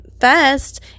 Fest